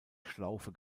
schlaufe